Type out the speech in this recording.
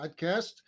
podcast